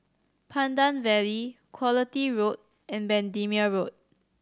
Pandan Valley Quality Road and Bendemeer Road